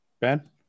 Ben